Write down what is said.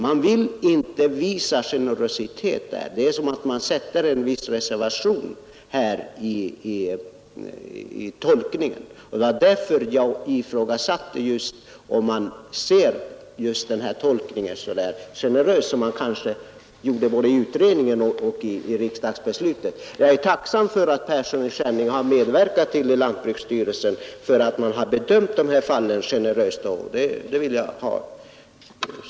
Man vill inte visa generositet i detta avseende utan gör vissa reservationer vid tolkningen av dessa bestämmelser. Jag ifrågasatte därför huruvida tolkningen är så generös som väl var avsikten både vid utredningen och i riksdagsbeslutet. Jag är tacksam för att herr Persson i Skänninge som ledamot i lantbruksstyrelsen medverkat till en välvillig bedömning av dessa fall.